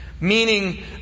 meaning